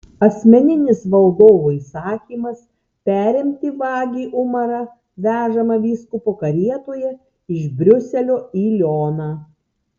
asmeninis valdovo įsakymas perimti vagį umarą vežamą vyskupo karietoje iš briuselio į lioną